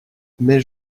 mais